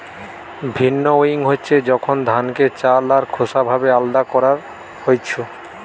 ভিন্নউইং হচ্ছে যখন ধানকে চাল আর খোসা ভাবে আলদা করান হইছু